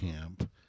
camp